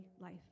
life